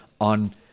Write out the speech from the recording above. on